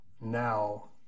now